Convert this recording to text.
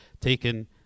taken